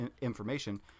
information